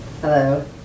Hello